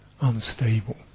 unstable